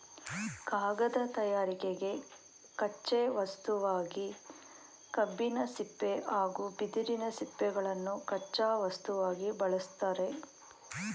ಕಾಗದ ತಯಾರಿಕೆಗೆ ಕಚ್ಚೆ ವಸ್ತುವಾಗಿ ಕಬ್ಬಿನ ಸಿಪ್ಪೆ ಹಾಗೂ ಬಿದಿರಿನ ಸಿಪ್ಪೆಗಳನ್ನು ಕಚ್ಚಾ ವಸ್ತುವಾಗಿ ಬಳ್ಸತ್ತರೆ